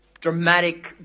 dramatic